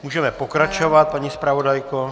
Můžeme pokračovat, paní zpravodajko.